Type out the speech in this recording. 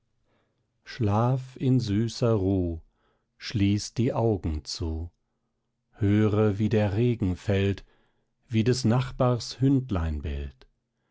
schlaf in süßer ruh schließ die augen zu höre wie der regen fällt wie des nachbars hündlein bellt